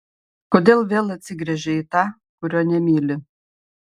kodėl vėl atsigręžei į tą kurio nemyli